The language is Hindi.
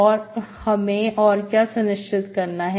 अब हमें और क्या सुनिश्चित करना है